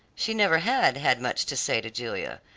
she never had had much to say to julia,